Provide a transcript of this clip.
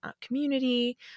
community